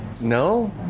No